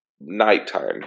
Nighttime